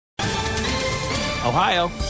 Ohio